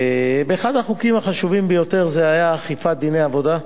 אחד החוקים החשובים ביותר היה אכיפת דיני עבודה.